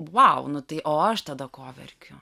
vau nu tai o aš tada ko verkiu